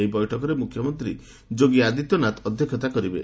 ଏହି ବୈଠକରେ ମୁଖ୍ୟମନ୍ତ୍ରୀ ଯୋଗୀ ଆଦିତ୍ୟନାଥ ଅଧ୍ୟକ୍ଷତା କରିବେ